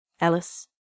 Ellis